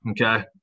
Okay